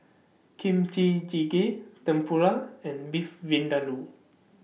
Kimchi Jjigae Tempura and Beef Vindaloo